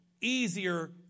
easier